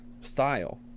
style